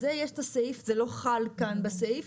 זה לא חל כאן בסעיף,